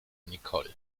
nicole